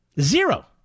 Zero